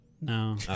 No